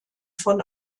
von